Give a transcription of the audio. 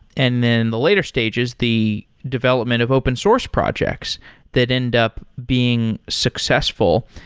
and then the later stages, the development of open source projects that end up being successful.